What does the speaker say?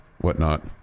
whatnot